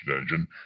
engine